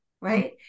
right